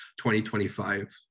2025